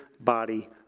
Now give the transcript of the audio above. body